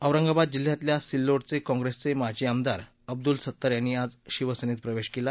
औरंगाबाद जिल्ह्यातल्या सिल्लोडचे काँप्रेसचे माजी आमदार अब्दुल सत्तार यांनी आज शिवसेनेत प्रवेश केला